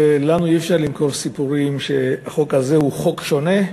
ולנו אי-אפשר למכור סיפורים שהחוק הזה הוא חוק שונה,